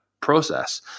process